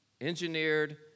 engineered